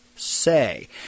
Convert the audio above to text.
say